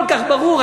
כל כך ברור.